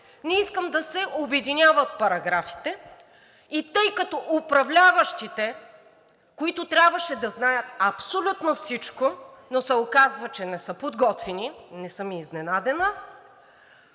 не искам да се обединяват параграфите и тъй като управляващите, които трябваше да знаят абсолютно всичко, но се оказва, че не са подготвени – не съм изненадана,